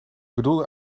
bedoelde